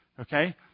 okay